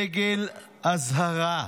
דגל אזהרה.